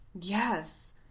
Yes